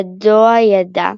כי ידוע ידע,